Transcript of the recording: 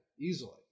easily